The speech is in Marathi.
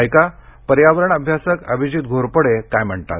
ऐका पर्यावरण अभ्यासक अभिजीत घोरपडे काय म्हणतात